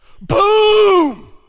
Boom